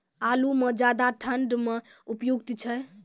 आलू म ज्यादा ठंड म उपयुक्त छै?